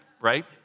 Right